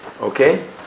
Okay